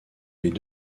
les